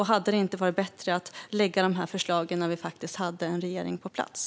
Hade det inte varit bättre att lägga fram förslag när vi har en regering på plats?